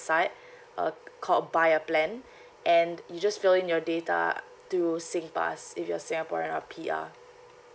side uh called buy a plan and you just fill in your data through singpass if you're singaporean or P_R